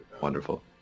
Wonderful